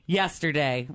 yesterday